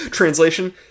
Translation